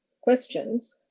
questions